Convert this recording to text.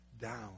down